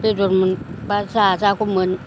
बेदर मोनबा जाजागौमोन